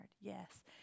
Yes